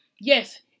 yes